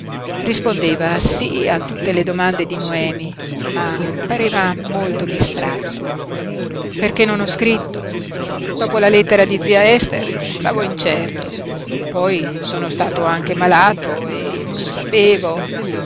rispondeva sí a tutte le domande di noemi ma pareva molto distratto perché non ho scritto dopo la lettera di zia ester stavo incerto poi sono stato anche malato e non sapevo